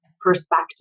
perspective